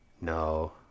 No